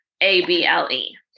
A-B-L-E